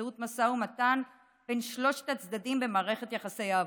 באמצעות משא ומתן בין שלושת הצדדים במערכת יחסי העבודה: